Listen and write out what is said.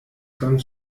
ganz